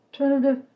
alternative